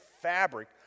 fabric